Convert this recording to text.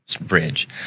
bridge